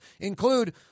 Include